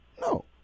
no